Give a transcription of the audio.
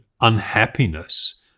unhappiness